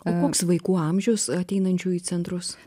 o koks vaikų amžiaus ateinančių į centrus